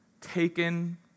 Taken